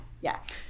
yes